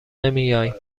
نمیایم